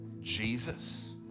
Jesus